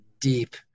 deep